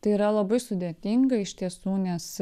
tai yra labai sudėtinga iš tiesų nes